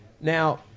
Now